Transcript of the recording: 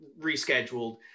rescheduled